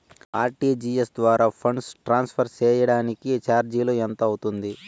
RTGS ద్వారా funds transfer సేయడానికి చార్జీలు ఎంత అవుతుంది